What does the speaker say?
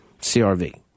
CRV